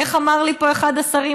איך אמר לי פה אחד השרים,